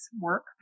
work